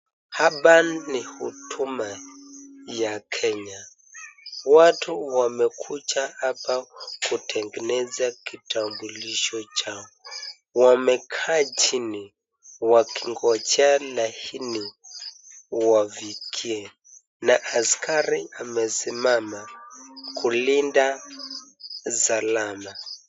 Hapa ni huduma ya kenya , watu wamekuja hapa kutengenezea kitambulisho chao , wamekaa chini wakingoja laini wafikie na askari amesimama kulinda salama.